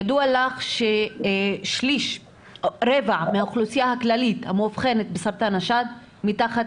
ידוע לך שרבע מהאוכלוסייה הכללית המאובחנת בסרטן השד מתחת